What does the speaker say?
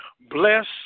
bless